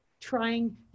trying